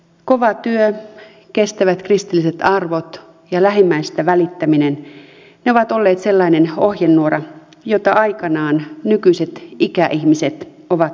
kova työ kestävät kristilliset arvot ja lähimmäisestä välittäminen ovat olleet sellainen ohjenuora jota aikanaan nykyiset ikäihmiset ovat toteuttaneet